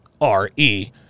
R-E